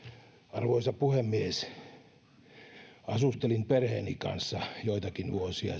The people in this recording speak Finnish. arvoisa puhemies asustelin perheeni kanssa joitakin vuosia